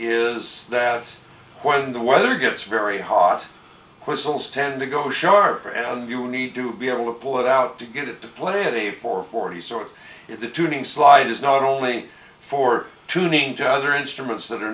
is that when the weather gets very hot whistles tend to go sharper and you need to be able to pull it out to get it to play at a four forty sort if the tuning slide is not only for tuning to other instruments that are